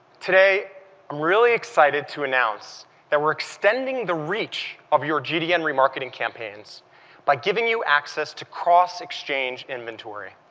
today i'm really excite ed to announce that we're extending the reach of your gdn remarket ing campaigns by giving you access to cross-exchange inventory.